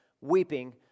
weeping